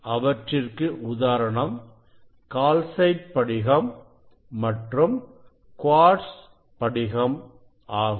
அவற்றிற்கு உதாரணம் கால்சைட் படிகம் மற்றும் குவார்ட்ஸ் படிகம்ஆகும்